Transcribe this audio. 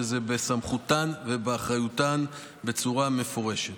זה בסמכותן ובאחריותן בצורה מפורשת.